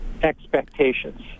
expectations